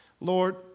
Lord